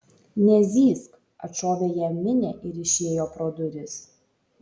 nezyzk atšovė jam minė ir išėjo pro duris